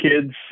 kids